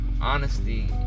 Honesty